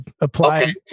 apply